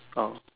oh